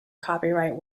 copyright